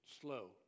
slow